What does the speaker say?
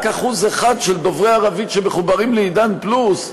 1% של דוברי ערבית שמחוברים ל"עידן פלוס",